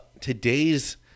today's